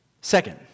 Second